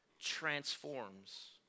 transforms